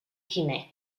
guinea